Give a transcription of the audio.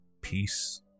peace